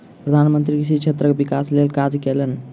प्रधान मंत्री कृषि क्षेत्रक विकासक लेल काज कयलैन